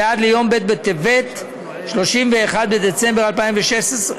ועד ליום ב' בטבת, 31 בדצמבר 2016,